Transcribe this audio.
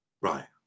right